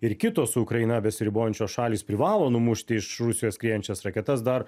ir kitos su ukraina besiribojančios šalys privalo numušti iš rusijos skriejančias raketas dar